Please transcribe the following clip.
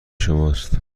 شماست